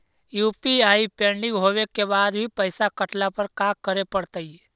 UPI pending होवे के बाद भी पैसा कटला पर का करे पड़तई?